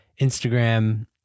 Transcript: Instagram